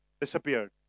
disappeared